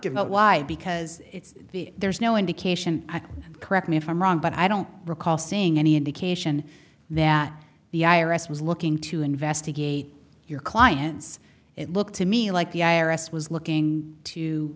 give out why because it's there's no indication correct me if i'm wrong but i don't recall seeing any indication that the i r s was looking to investigate your clients it looked to me like the i r s was looking to